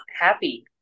happy